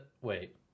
wait